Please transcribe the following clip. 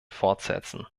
fortsetzen